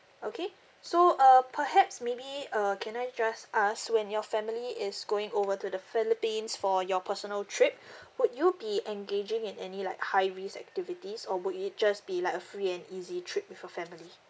okay so uh perhaps maybe uh can I just ask when your family is going over to the philippines for your personal trip would you be engaging in any like high risk activities or would it just be like a free and easy trip with your family